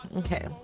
okay